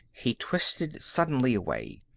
he twisted suddenly away.